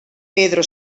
pedro